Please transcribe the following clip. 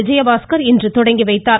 விஜயபாஸ்கர் இன்று தொடங்கி வைத்தார்